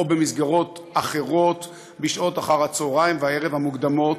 במסגרות אחרות בשעות אחר הצהריים והערב המוקדמות,